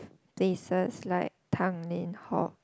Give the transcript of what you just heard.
places like Tanglin-Halt